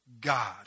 God